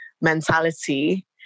mentality